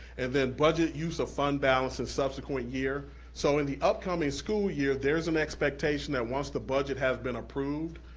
and then budget use of fund balance in subsequent year. so in the upcoming school year, there's an expectation that once the budget has been approved,